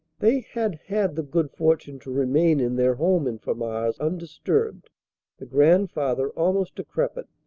they had had the good fortune to remain in their home in famars undisturbed the grandfather almost decrepit.